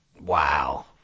Wow